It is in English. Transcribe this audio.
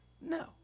No